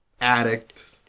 addict